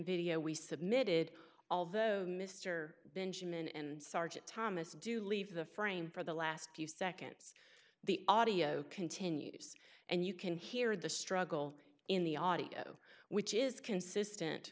video we submitted although mr benjamin and sergeant thomas do leave the frame for the last few seconds the audio continues and you can hear the struggle in the audio which is consistent